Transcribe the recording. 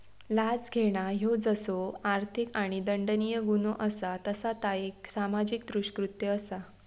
लाच घेणा ह्यो जसो आर्थिक आणि दंडनीय गुन्हो असा तसा ता एक सामाजिक दृष्कृत्य असा